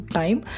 time